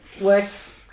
works